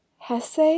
Hesse